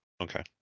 Okay